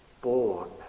born